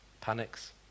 panics